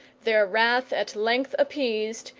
their wrath at length appeased,